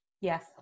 Yes